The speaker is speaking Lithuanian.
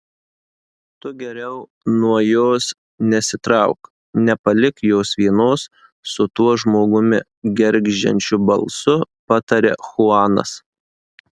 tu geriau nuo jos nesitrauk nepalik jos vienos su tuo žmogumi gergždžiančiu balsu pataria chuanas